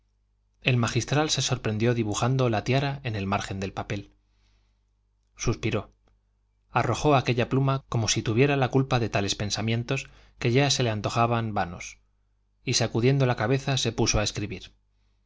el magistral se sorprendió dibujando la tiara en el margen del papel suspiró arrojó aquella pluma como si tuviera la culpa de tales pensamientos que ya se le antojaban vanos y sacudiendo la cabeza se puso a escribir